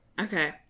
Okay